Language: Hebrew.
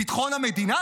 ביטחון המדינה?